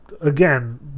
again